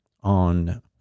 on